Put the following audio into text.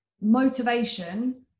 motivation